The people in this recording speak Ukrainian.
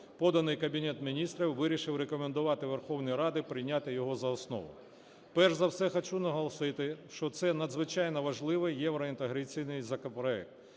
поданий Кабінетом Міністрів, і вирішив рекомендувати Верховній Раді прийняти його за основу. Перш за все хочу наголосити, що це надзвичайно важливий євроінтеграційний законопроект,